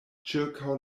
ĉirkaŭ